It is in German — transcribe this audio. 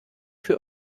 für